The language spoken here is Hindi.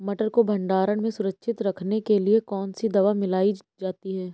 मटर को भंडारण में सुरक्षित रखने के लिए कौन सी दवा मिलाई जाती है?